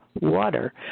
water